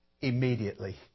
Immediately